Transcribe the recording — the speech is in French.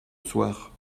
soir